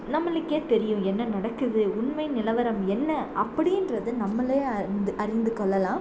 நம்மளுக்கு தெரியும் என்ன நடக்குது உண்மை நிலவரம் என்ன அப்படின்றது நம்மளே அறிந்து அறிந்து கொள்ளலாம்